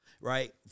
right